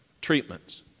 treatments